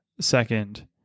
Second